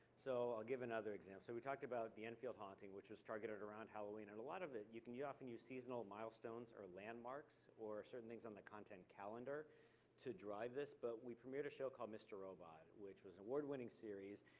so, i'll give another example. so, we talked about the infield haunting, which was targeted around halloween, and a lot of it, you can often use seasonal milestones or landmarks, or certain things on the content calendar to drive this. but we premiered a show called mr. robot, which was an award winning series,